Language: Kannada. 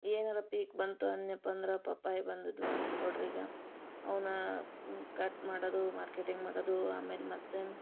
ಏನೆಲ್ಲ ಪೀಕ್ ಬಂತು ಅನ್ಯಪ್ಪ ಅಂದ್ರ ಪಪ್ಪಾಯ ಬಂದಿದ್ವ ಅನ್ಕೊಡ್ರಿ ಈಗ ಅವನ್ನ ಕಟ್ ಮಾಡದು ಮಾರ್ಕೆಟಿಂಗ್ ಮಾಡದು ಆಮೇಲೆ ಮತ್ತೆ